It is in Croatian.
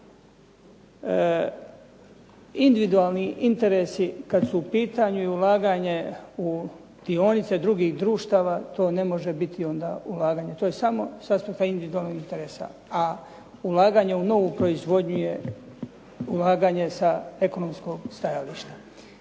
Individualni interesi kad su u pitanju i ulaganje u dionice drugih društava, to ne može biti onda ulaganje. To je samo s aspekta individualnih interesa. A ulaganje u novu proizvodnju je ulaganje sa ekonomskog stajališta.